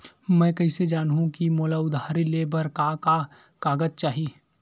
मैं कइसे जानहुँ कि मोला उधारी ले बर का का कागज चाही?